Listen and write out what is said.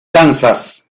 kansas